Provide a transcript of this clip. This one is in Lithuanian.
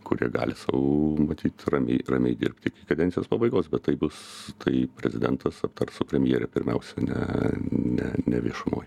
kuria gali sau matyt ramiai ramiai dirbt iki kadencijos pabaigos bet tai bus tai prezidentas aptars su premjere pirmiausia ne ne ne viešumoj